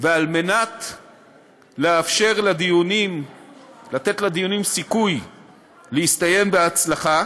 וכדי לאפשר, לתת לדיונים סיכוי להסתיים בהצלחה,